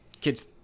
kids